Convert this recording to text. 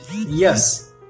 yes